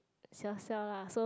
siao siao lah so